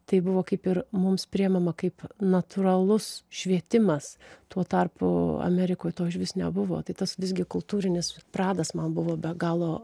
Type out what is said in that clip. tai buvo kaip ir mums priimama kaip natūralus švietimas tuo tarpu amerikoj to išvis nebuvo tai tas visgi kultūrinis pradas man buvo be galo